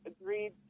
agreed